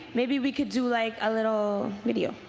maybe we could do like a little video.